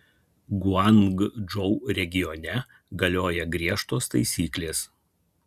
guangdžou regione galioja griežtos taisyklės